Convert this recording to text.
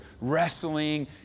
wrestling